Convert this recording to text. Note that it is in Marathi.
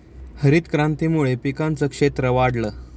हरितक्रांतीमुळे पिकांचं क्षेत्र वाढलं